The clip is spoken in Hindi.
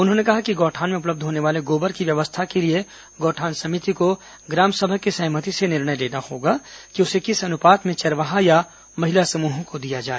उन्होंने कहा कि गौठान में उपलब्ध होने वाले गोबर की व्यवस्था के लिए गौठान समिति को ग्राम सभा की सहमति से निर्णय लेना होगा कि उसे किस अनुपात में चरवाहा या महिला समूहों को दिया जाए